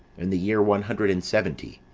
in the year one hundred and seventy,